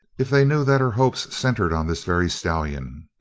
if they knew that her hopes centered on this very stallion?